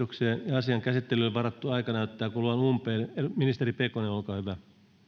asian käsittelyyn varattu aika näyttää kuluvan umpeen ministeri pekonen olkaa hyvä